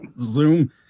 Zoom